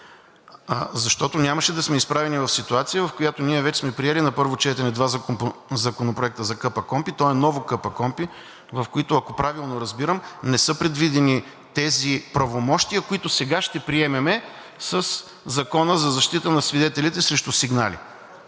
Защото нямаше да сме изправени в ситуация, в която ние вече сме приели на първо четене два законопроекта за КПКОНПИ, то е нова КПКОНПИ, в които, ако правилно разбирам, не са предвидени тези правомощия, които сега ще приемем със Закона за защита на свидетелите срещу сигнали.